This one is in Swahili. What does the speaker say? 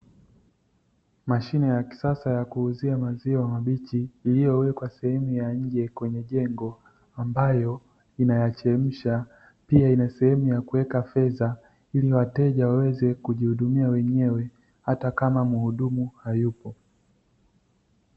Mashine ya kisasa ya kuuzia maziwa mabichi iliyowekwa sehemu ya nje kwenye jengo, ambayo inayachemsha, pia ina sehemu ya kuweka fedha ili wateja waweze kujihudumia wenyewe hata kama mhudumu hayupo.